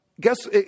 guess